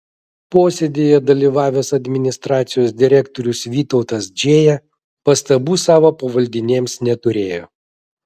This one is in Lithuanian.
posėdyje dalyvavęs administracijos direktorius vytautas džėja pastabų savo pavaldinėms neturėjo